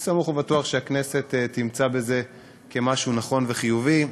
אני סמוך ובטוח שהכנסת תמצא את זה כמשהו נכון וחיובי.